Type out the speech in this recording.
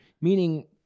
Meaning